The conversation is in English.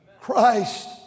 Christ